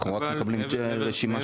אנחנו רק מקבלים רשימה.